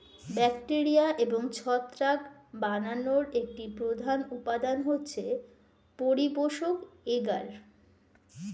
bacteria এবং ছত্রাক বানানোর একটি প্রধান উপাদান হচ্ছে পরিপোষক এগার